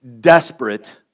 desperate